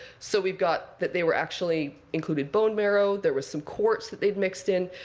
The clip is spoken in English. so we've got that they were actually included bone marrow. there was some quartz that they'd mixed in.